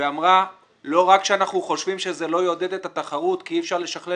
ואמרה: לא רק שאנחנו חושבים שזה לא יעודד את התחרות כי אי אפשר לשכלל